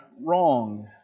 wrong